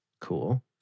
Cool